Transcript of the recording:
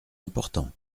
important